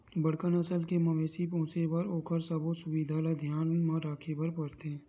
बड़का नसल के मवेशी पोसे बर ओखर सबो सुबिधा ल धियान म राखे बर परथे